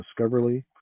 Discoverly